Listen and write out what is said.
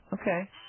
Okay